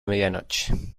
medianoche